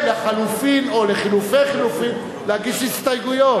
ולחלופין או לחלופי חלופין, להגיש הסתייגויות.